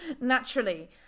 naturally